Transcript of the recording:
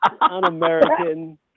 Un-American